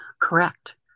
correct